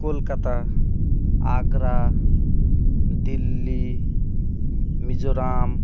Kolkata Agra Delhi Mizoram